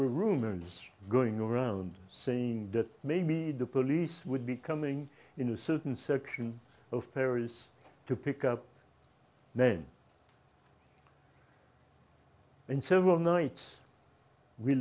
were rumors going around saying that maybe the police would be coming in a certain section of paris to pick up then and several nights we